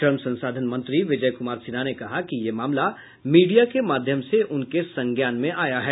श्रम संसाधन मंत्री विजय कुमार सिन्हा ने कहा कि ये मामला मीडिया के माध्यम से उनके संज्ञान में आया है